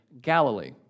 Galilee